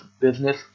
business